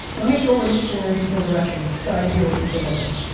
let me go in in interesting direction. dying to hear what you think on this.